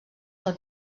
del